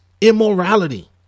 immorality